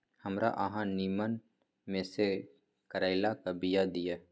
हमरा अहाँ नीमन में से करैलाक बीया दिय?